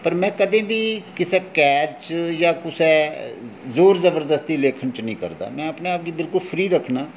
पर में कदें बी कुसै कैद च जां कुसै जोर जबरदस्ती कुसै लेखन च निं करदा में अपने आप गी बिल्कुल फ्री रक्खना